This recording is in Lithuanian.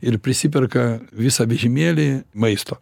ir prisiperka visą vežimėlį maisto